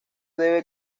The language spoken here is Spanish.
debe